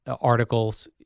articles